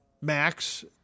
Max